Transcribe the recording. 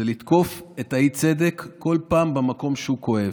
זה לתקוף את האי-צדק כל פעם במקום שהוא כואב.